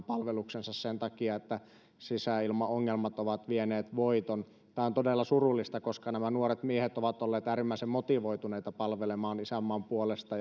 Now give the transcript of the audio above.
palveluksensa sen takia että sisäilmaongelmat ovat vieneet voiton tämä on todella surullista koska nämä nuoret miehet ovat olleet äärimmäisen motivoituneita palvelemaan isänmaan puolesta